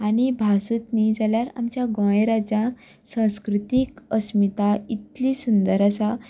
आनी भासूच न्हय जाल्यार आमच्या गोंय राज्यांत संस्कृतीक अस्मिताय इतली सुंदर आसा